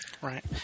Right